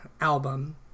album